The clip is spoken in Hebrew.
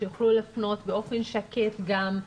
שיוכלו לפנות באופן שקט גם,